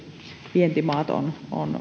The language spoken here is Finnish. vientimaat ovat